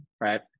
Right